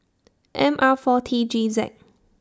M R four T G Z